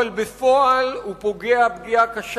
אבל בפועל הוא פוגע בו פגיעה קשה,